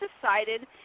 decided